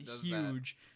huge